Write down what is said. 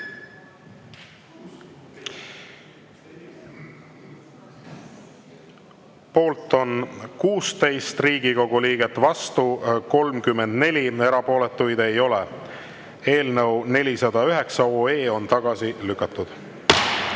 Poolt on 16 Riigikogu liiget, vastu 34, erapooletuid ei ole. Eelnõu 409 on tagasi lükatud.